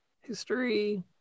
history